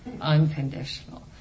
unconditional